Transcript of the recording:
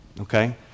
Okay